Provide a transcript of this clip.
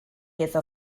iddo